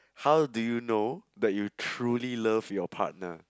how do you know that you truly love your partner